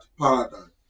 paradigm